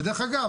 ודרך אגב,